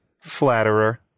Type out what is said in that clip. Flatterer